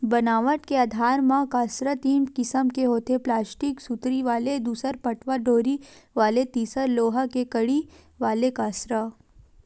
बनावट के आधार म कांसरा तीन किसम के होथे प्लास्टिक सुतरी वाले दूसर पटवा डोरी वाले तिसर लोहा के कड़ी वाले कांसरा